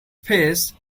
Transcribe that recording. face